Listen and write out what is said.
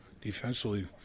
defensively